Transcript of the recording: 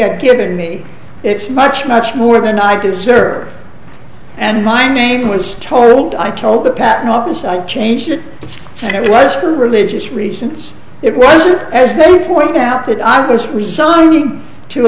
had given me it's much much more than i deserve and my name was told i told the patent office i changed it and it was for religious reasons it wasn't as though pointed out that i was resigning to